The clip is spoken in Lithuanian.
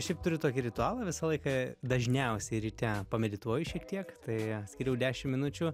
šiaip turiu tokį ritualą visą laiką dažniausiai ryte pamedituoju šiek tiek tai skiriu dešim minučių